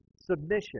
submission